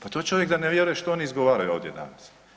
Pa to čovjek da ne vjeruje što oni izgovaraju ovdje danas.